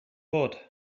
bod